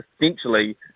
essentially